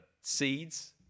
Seeds